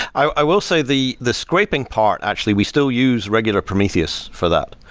i will say the the scraping part actually, we still use regular prometheus for that.